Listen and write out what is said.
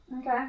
Okay